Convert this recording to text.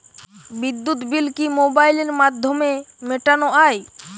বিদ্যুৎ বিল কি মোবাইলের মাধ্যমে মেটানো য়ায়?